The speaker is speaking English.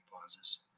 pauses